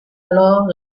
alors